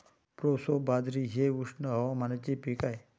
proso बाजरी हे उष्ण हवामानाचे पीक आहे